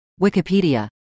Wikipedia